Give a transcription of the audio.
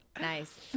Nice